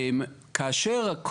כאשר,